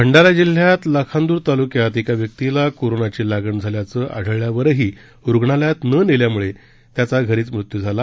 भंडारा जिल्ह्यात लाखांदूर तालुक्यात एका व्यक्तीला कोरोनाची लागण झाल्याचं आढळल्यावरही रुग्णालयात न नेल्यामुळे त्याचा घरीचं मृत्यू झाला